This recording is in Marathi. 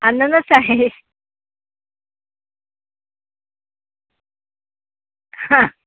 अननस आहे हां